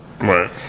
Right